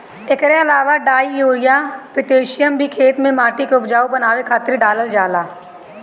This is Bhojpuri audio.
एकरा अलावा डाई, यूरिया, पोतेशियम भी खेते में माटी के उपजाऊ बनावे खातिर डालल जाला